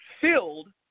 filled